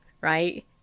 right